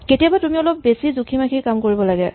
কেতিয়াবা তুমি অলপ বেছি জুখিমাখি কাম কৰিব লাগে